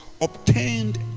obtained